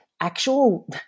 Actual